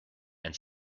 and